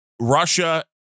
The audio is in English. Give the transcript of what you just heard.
Russia